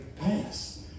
Pass